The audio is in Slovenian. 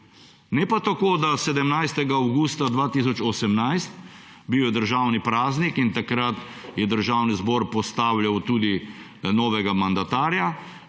Ne pa tako, da 17. avgusta 2018, bil je državni praznik, takrat je Državni zbor postavljal tudi novega mandatarja,